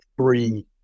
three